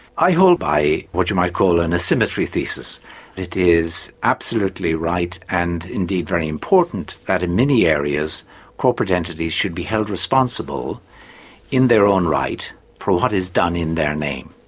i hold by what you might call an asymmetry thesis it is absolutely right and indeed very important that in many areas corporate entities should be held responsible in their own right, for what is done in their name.